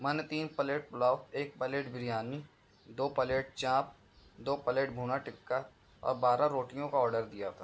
میں نے تین پلیٹ پلاؤ ایک پلیٹ بریانی دو پلیٹ چانپ دو پلیٹ بھونا ٹکا اور بارہ روٹیوں کا آڈر دیا تھا